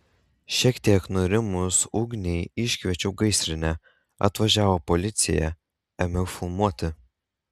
šiek tiek nurimus ugniai iškviečiau gaisrinę atvažiavo policija ėmiau filmuoti